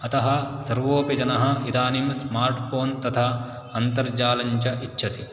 अतः सर्वोपि जनाः इदानीं स्मार्ट् फोन् तथा अन्तर्जालं च इच्छति